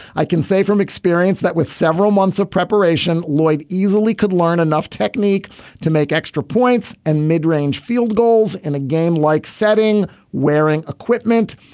i can say from experience that with several months of preparation lloyd easily could learn enough technique to make extra points and midrange field goals in a game like setting wearing equipment.